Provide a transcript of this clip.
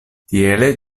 tiele